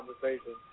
conversation